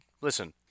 listen